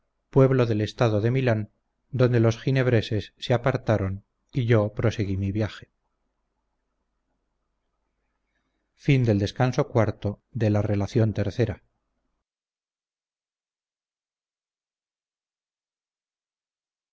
pueblo del estado de milán donde los ginebreses se apartaron y yo proseguí mi viaje